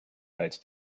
als